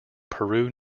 peru